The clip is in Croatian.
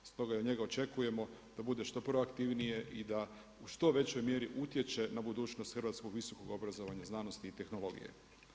Stoga od njega očekujemo da bude što proaktivnije i da u što većoj mjeri utječe na budućnost hrvatskog visokog obrazovanja, znanosti i tehnologije.